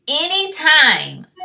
Anytime